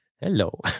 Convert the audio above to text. Hello